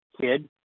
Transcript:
kid